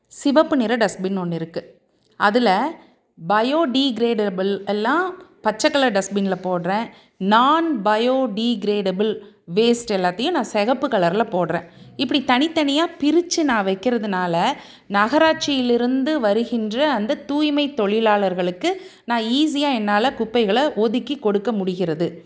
சிவப்பு நிறம் டஸ்ட்பின் ஒன்று இருக்குது அதில் பையோடீகிரேடபுள் எல்லாம் பச்சை கலர் டஸ்ட்பினில் போடுறேன் நாண் பையோடீகிரேடபுள் வேஸ்ட் எல்லாத்தையும் நான் சிகப்பு கலரில் போடுறேன் இப்படி தனித்தனியாக பிரித்து நான் வக்கிறதுனால நகராட்சியில் இருந்து வருகின்ற அந்த தூய்மை தொழிலாளர்களுக்கு நான் ஈஸியாக என்னால் குப்பைகளை ஒதுக்கி கொடுக்க முடிகின்றது